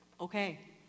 Okay